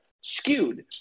skewed